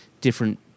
different